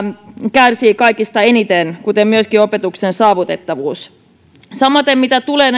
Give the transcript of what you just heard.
kärsii kaikista eniten kuten myöskin opetuksen saavutettavuus samaten mitä tulee